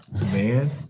Man